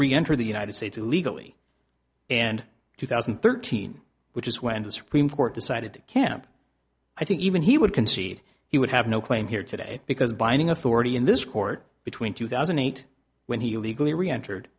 entered the united states illegally and two thousand and thirteen which is when the supreme court decided to camp i think even he would concede he would have no claim here today because a binding authority in this court between two thousand and eight when he legally reentered